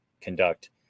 conduct